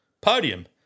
podium